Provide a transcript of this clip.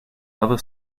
other